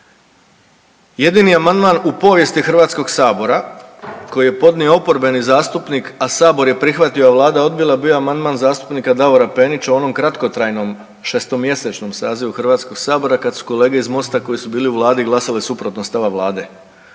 jedini amandman u povijesti Hrvatskog sabora koji je podnio oporbeni zastupnik, a sabor je prihvatio, a vlada odbila bio je amandman zastupnika Davora Penića u onom kratkotrajnom šestomjesečnom sazivu Hrvatskog sabora, kad su kolege iz MOST-a koji su bili u vladi glasali suprotno od stava vlade.